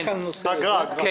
רק על הנושא של האגרה.